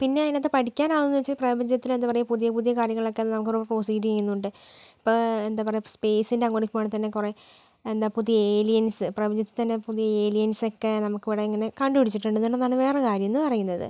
പിന്നെ അതിനകത്ത് പഠിക്കാനാവുന്നതെന്ന് വെച്ചാൽ പ്രപഞ്ചത്തിൽ എന്താണ് പറയുക പുതിയ പുതിയ കാര്യങ്ങളൊക്കെ നമുക്ക് ഇവിടെ പ്രൊസീഡ് ചെയ്യുന്നുണ്ട് ഇപ്പം എന്താണ് പറയുക സ്പേസിൻ്റെ അങ്ങോട്ടേക്ക് പോകുവാണെങ്കിൽ തന്നെ കുറേ എന്താണ് പുതിയ ഏലിയൻസ് പ്രപഞ്ചത്തിൽ തന്നെ പുതിയ ഏലിയൻസ് ഒക്കെ നമുക്കിവിടെ ഇങ്ങനെ കണ്ട് പിടിച്ചിട്ടുണ്ട് എന്നുള്ളതാണ് വേറെ കാര്യം എന്ന് പറയുന്നത്